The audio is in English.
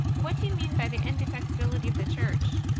what do you mean by the indefectibility of the church?